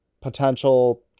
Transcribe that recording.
potential